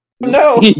No